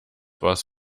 was